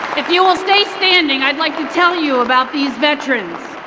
if you will stay standing i'd like to tell you about these veterans.